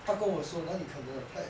他跟我说哪里可能